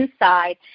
inside